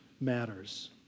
matters